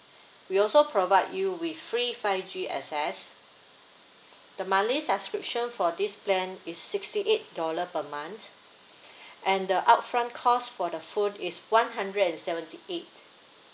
we also provide you with free five G access the monthly subscription for this plan is sixty eight dollar per month a nd the upfront cause for the phone is one hundred and seventy eight